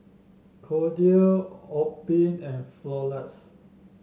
Kordel's Obimin and Floxia